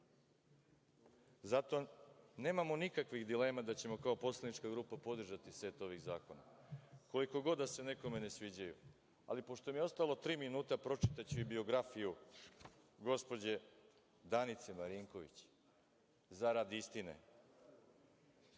nemamo nikakvih dilema da ćemo kao poslanička grupa podržati set ovih zakona, koliko god da se nekome ne sviđaju. Ali, pošto mi ostalo tri minuta pročitaću i biografiju gospođe Danice Marinković zarad istine,